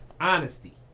honesty